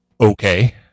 okay